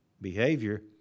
behavior